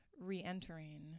re-entering